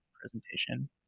presentation